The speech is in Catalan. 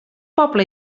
poble